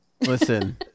Listen